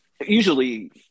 Usually